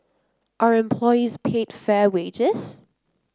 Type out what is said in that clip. are employees paid fair wages